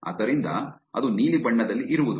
ಆದ್ದರಿಂದ ಅದು ನೀಲಿ ಬಣ್ಣದಲ್ಲಿ ಇರುವುದು